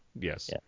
Yes